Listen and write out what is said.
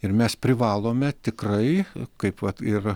ir mes privalome tikrai kaip vat ir